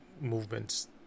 movements